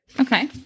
Okay